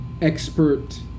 expert